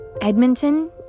Edmonton